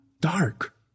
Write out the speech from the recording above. dark